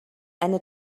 eine